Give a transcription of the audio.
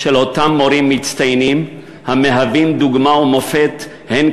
של אותם מורים מצטיינים המהווים דוגמה ומופת הן